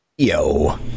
yo